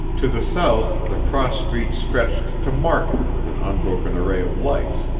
to the south the cross-street stretched to market with an unbroken array of lights,